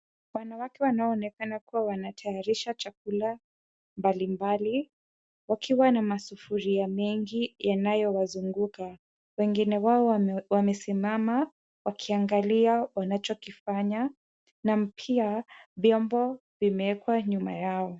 Wanawake wanaonekana kuwa wanatayarisha chakula mbalimbali. Wakiwa na masufuria mengi yanayowazunguka. Wengine wao wamesimama wakiangalia wanachokifanya, na pia vyombo vimekwa nyuma yao.